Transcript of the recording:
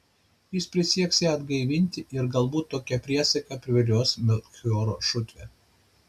jis prisieks ją atgaivinti ir galbūt tokia priesaika privilios melchioro šutvę